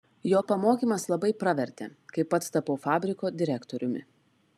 jo pamokymas labai pravertė kai pats tapau fabriko direktoriumi